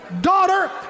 Daughter